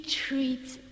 treats